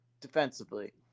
defensively